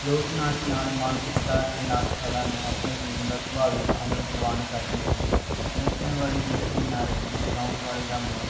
ਲੋਕ ਨਾਚ ਨਾਲ ਮਾਨਸਿਕਤਾ ਅਤੇ ਨਾਚ ਕਲਾ ਨੂੰ ਆਪਣੇ ਜੀਵਨ ਦਾ ਸੁਭਾਵਿਕ ਅਮਲ ਪ੍ਰਵਾਨ ਕਰਦੀ ਰਹੀ ਹੈ ਨੱਚਣ ਵਾਲੀ ਅੱਡੀ ਨਾ ਰਹਿੰਦੀ ਗਾਉਣ ਵਾਲੇ ਦਾ ਮੂੰਹ